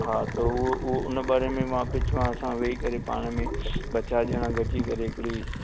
हा त उहो उहो उन बारे में मूंखे तव्हां सां वेई करे पाण में ॿ चारि ॼणा गॾिजी करे हिकिड़ी